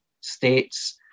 states